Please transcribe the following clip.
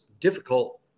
difficult